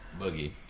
Boogie